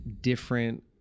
different